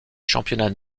championnats